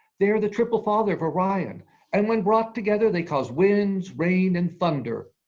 they are the triple-father of orion and when brought together they cause winds, rain, and thunder.